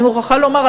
אני מוכרחה לומר,